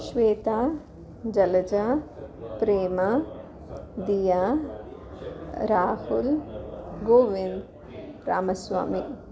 श्वेता जलजा प्रेमा दिया राहुलः गोविन्दः रामस्वामी